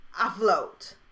afloat